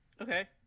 Okay